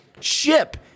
Ship